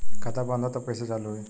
खाता बंद ह तब कईसे चालू होई?